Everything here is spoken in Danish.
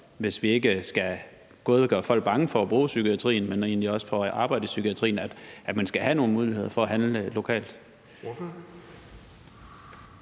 hvis vi ikke skal gøre folk bange for at bruge psykiatrien, men egentlig også for at arbejde i psykiatrien, og at man skal have nogle muligheder for at handle lokalt?